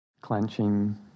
Clenching